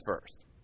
first